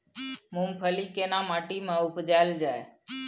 मूंगफली केना माटी में उपजायल जाय?